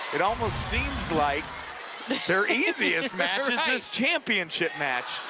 it almost seems like their easiest match is this championship match.